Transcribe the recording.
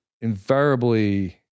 invariably